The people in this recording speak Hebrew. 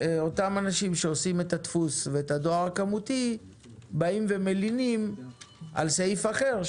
אותם אנשים שעושים את הדפוס ואת הדואר הכמותי מלינים על סעיף אחר,